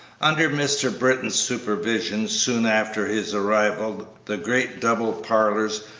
under mr. britton's supervision, soon after his arrival, the great double parlors,